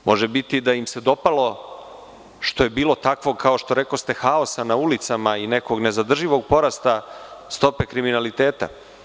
Može biti i da im se dopalo što je bilo takvog haosa, kako rekoste, na ulicama i nekog nezadrživog porasta stope kriminaliteta.